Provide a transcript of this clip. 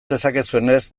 dezakezuenez